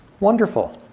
wonderful.